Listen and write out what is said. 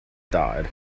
died